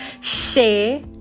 share